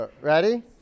Ready